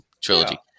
trilogy